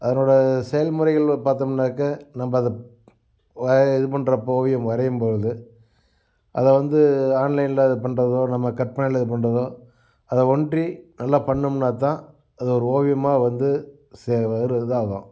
அதனோடய செயல்முறைகள் பார்த்தோம்னாக்கா நம்ம அதை வரைய இதுபண்ணுறப்ப ஓவியம் வரையும்பொழுது அதைவந்து ஆன்லைன்ல அதுபண்ணுறதோ நம்ம கற்பனையில் இதுபண்ணுறதோ அதை ஒன்றி நல்லா பண்ணோம்னால்தான் அது ஒரு ஓவியமாக வந்து சே இதாகும்